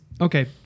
Okay